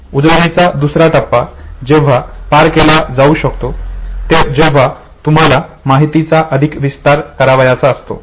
उजळणीचा दुसरा टप्पा तेव्हा केला जाऊ शकतो जेव्हा तुम्हाला माहितीचा अधिक विस्तार करायचा असतो